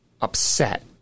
upset